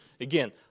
Again